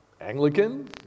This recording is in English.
Anglican